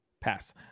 Pass